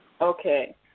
Okay